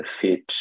fit